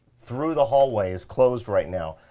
through the hall-way is closed right now.